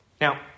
Now